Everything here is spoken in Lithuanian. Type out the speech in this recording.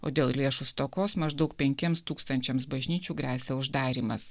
o dėl lėšų stokos maždaug penkiems tūkstančiams bažnyčių gresia uždarymas